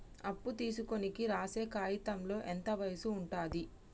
అప్పు తీసుకోనికి రాసే కాయితంలో ఎంత వయసు ఉంటది?